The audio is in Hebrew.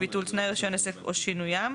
(2)ביטול תנאי רישיון עסק או שינוים,